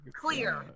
Clear